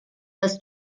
dass